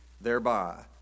thereby